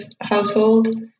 household